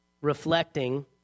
reflecting